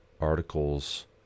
articles